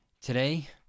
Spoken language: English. Today